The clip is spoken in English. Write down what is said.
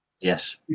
Yes